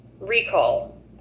recall